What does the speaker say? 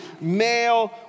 male